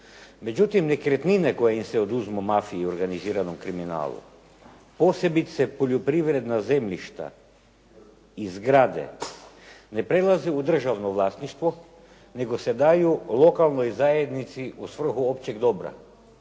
Međutim, nekretnine koje im se oduzmu mafiji i organiziranom kriminalu, posebice poljoprivredna zemljišta i zgrade ne prelaze u državno vlasništvo, nego se daju lokalnoj zajednici u svrhu općeg dobra,